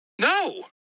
no